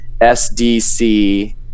SDC